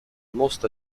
most